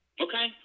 Okay